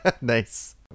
Nice